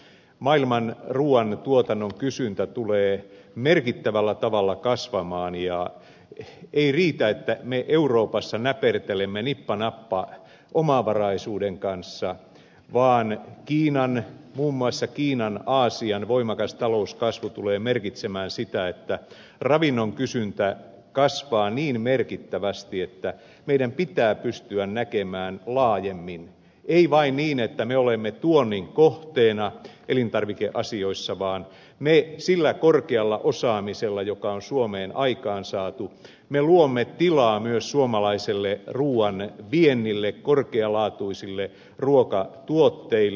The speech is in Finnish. maailman ruuan tuotannon kysyntä tulee merkittävällä tavalla kasvamaan eikä riitä että me euroopassa näpertelemme nippa nappa omavaraisuuden kanssa vaan muun muassa kiinan aasian voimakas talouskasvu tulee merkitsemään sitä että ravinnon kysyntä kasvaa niin merkittävästi että meidän pitää pystyä näkemään laajemmin ei vain niin että me olemme tuonnin kohteena elintarvikeasioissa vaan me sillä korkealla osaamisella joka on suomeen aikaansaatu luomme tilaa myös suomalaiselle ruuan viennille korkealaatuisille ruokatuotteille